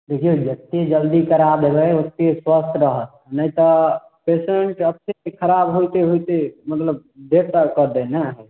देखिऔ जतेक जल्दी करा देबै ओतेक स्वस्थ रहत नहि तऽ पेशेन्टके स्थिति खराब होयते होयते मतलब बेड पर के दै हए नऽ